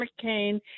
McCain